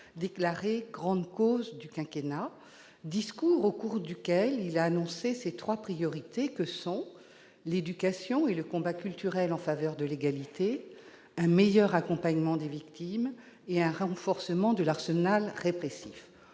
déclarée « grande cause du quinquennat », au cours duquel il a annoncé ses « trois priorités »:« l'éducation et le combat culturel en faveur de l'égalité »,« un meilleur accompagnement des victimes » et « un renforcement de l'arsenal répressif